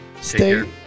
stay